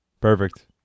Perfect